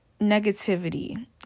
negativity